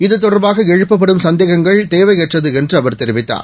இதுதொடர்பாகஎழுப்பப்படும்சந்தேகங்கள்தேவையற்றதுஎன் றுஅவர்தெரிவித்தார்